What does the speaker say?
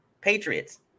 Patriots